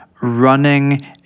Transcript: running